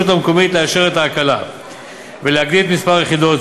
המקומית לאשר את ההקלה ולהגדיל את מספר היחידות,